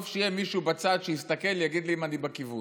טוב שיהיה מישהו בצד שיסתכל ויגיד לי אם אני בכיוון.